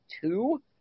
two